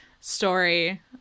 story